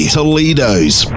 Toledo's